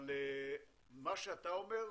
מה שאתה אומר,